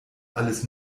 alles